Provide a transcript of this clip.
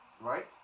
right